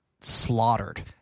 slaughtered